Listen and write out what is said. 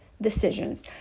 decisions